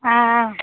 ఆ అ